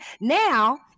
Now